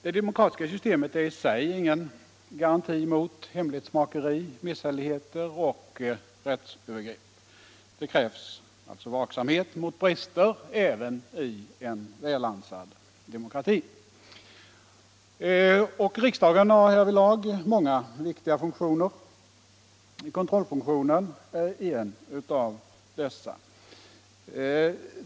Det demokratiska systemet är i sig ingen garanti mot hemlighetsmakeri, misshälligheter och rättsövergrepp. Det krävs alltså vaksamhet mot brister även i en välansad demokrati. Riksdagen har härvidlag många viktiga funktioner. Kontrollfunktionen ären av dessa.